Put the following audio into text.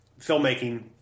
filmmaking